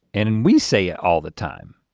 and and we say it all the time.